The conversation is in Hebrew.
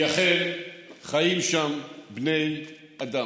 כי אכן חיים שם בני אדם.